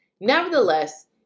nevertheless